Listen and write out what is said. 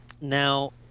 now